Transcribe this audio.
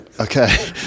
Okay